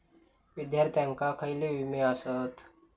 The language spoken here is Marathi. विद्यार्थ्यांका खयले विमे आसत?